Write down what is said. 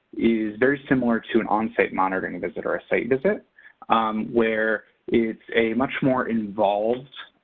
is very similar to an onsite monitoring visit or a site visit where it's a much more involved,